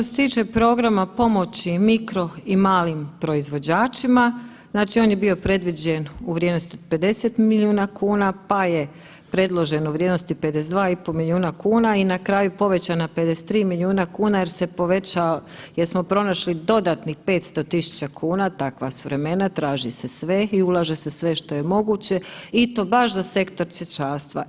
Što se tiče programa pomoći mikro i malim proizvođačima, znači on je bio predviđen u vrijeme 50 milijuna kuna, pa je predloženo u vrijednosti 52,5 milijuna kuna i na kraju povećan na 53 milijuna kuna jer se povećao, jer smo pronašli dodatnih 500.000,00 kn, takva su vremena, traži se sve i ulaže se sve što je moguće i to baš za sektor cvjećarstva.